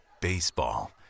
baseball